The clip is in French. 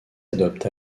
adopte